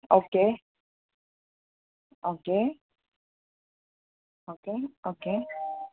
okay okay okay okay